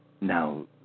Now